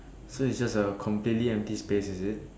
so it's just a completely empty space is it